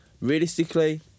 realistically